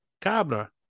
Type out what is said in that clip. Cabra